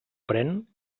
pren